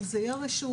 אם זה יהיה רשות.